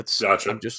Gotcha